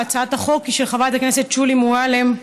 והצעת החוק היא של חברת הכנסת שולי מועלם,